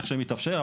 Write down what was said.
איך שמתאפשר.